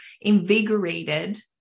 invigorated